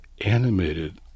animated